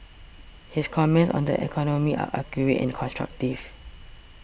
his comments on the economy are accurate and constructive